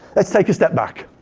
let's take a step back.